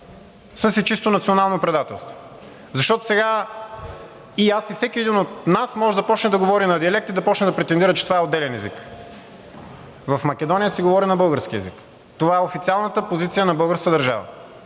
си чисто национално предателство, защото сега и аз, и всеки един от нас може да започне да говори на диалект и да почне да претендира, че това е отделен език. В Македония се говори на български език! Това е официалната позиция на българската държава.